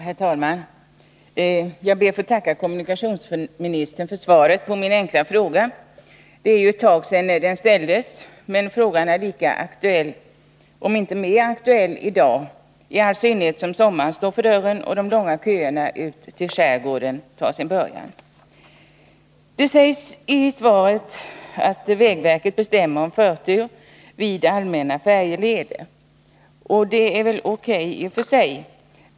Herr talman! Jag ber att få tacka kommunikationsministern för svaret på min fråga. Det är ett tag sedan den ställdes, men frågan är lika aktuell i dag — om inte mer aktuell i synnerhet som sommaren nu står för dörren och de långa köerna ut till skärgården tar sin början. Det sägs i svaret att vägverket bestämmer förtur vid allmänna färjeleder. Det är väl O.K. i och för sig.